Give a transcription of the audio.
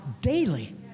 daily